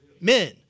Men